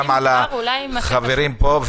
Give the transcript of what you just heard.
גם על החברים פה.